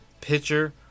pitcher